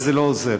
וזה לא עוזר.